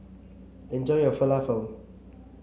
enjoy your Falafel